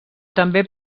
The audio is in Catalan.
també